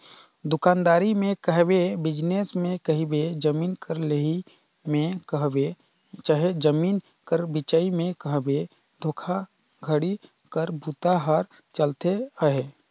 दुकानदारी में कहबे, बिजनेस में कहबे, जमीन कर लेहई में कहबे चहे जमीन कर बेंचई में कहबे धोखाघड़ी कर बूता हर चलते अहे